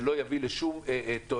זה לא יביא לשום תועלת,